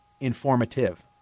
informative